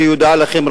שידועה לכם,